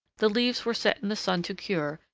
the leaves were set in the sun to cure,